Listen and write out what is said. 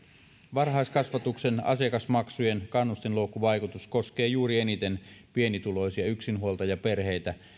varhaiskasvatuksen asiakasmaksujen kannustinloukkuvaikutus koskee eniten juuri pienituloisia yksinhuoltajaperheitä